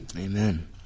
Amen